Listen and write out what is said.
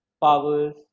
powers